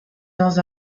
dans